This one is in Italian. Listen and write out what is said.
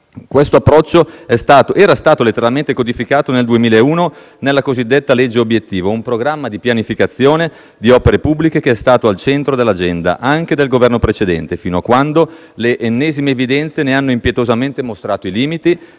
Questo approccio era stato letteralmente codificato nel 2001 nella cosiddetta legge obiettivo, un programma di pianificazione di opere pubbliche che è stato al centro dell'agenda, anche del Governo precedente, fino a quando le ennesime evidenze ne hanno impietosamente mostrato i limiti,